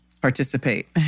participate